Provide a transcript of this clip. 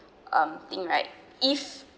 um thing right if